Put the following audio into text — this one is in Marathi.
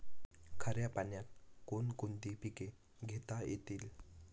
खाऱ्या पाण्यात कोण कोणती पिके घेता येतील?